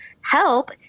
help